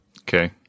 Okay